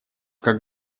как